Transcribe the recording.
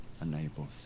enables